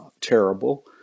terrible